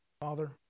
Father